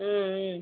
ம் ம்